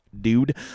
dude